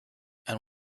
and